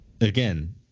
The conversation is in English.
again